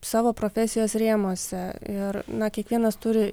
savo profesijos rėmuose ir na kiekvienas turi